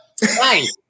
Hi